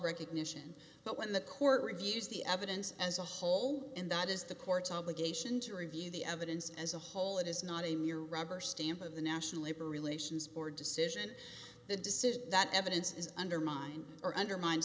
recognition but when the court reviews the evidence as a whole and that is the court's obligation to review the evidence as a whole it is not a mere rubber stamp of the national labor relations board decision the decision that evidence is undermined or undermines